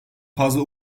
fazla